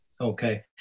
okay